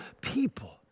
people